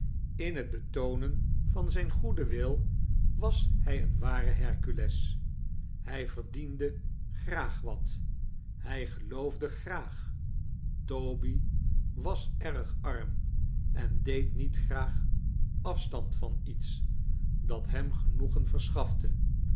was hij een ware hercules hij verdiende graag wat hij geloofde graag toby was erg arm en deed niet graag afstand van iets dat hem genoegen verschafte